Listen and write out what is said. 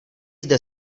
zde